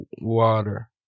water